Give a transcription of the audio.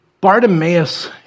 Bartimaeus